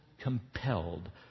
compelled